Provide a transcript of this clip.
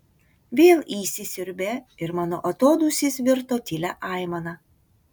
vėl įsisiurbė ir mano atodūsis virto tylia aimana